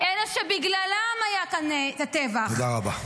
אלה שבגללם היה כאן הטבח -- תודה רבה.